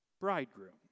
bridegroom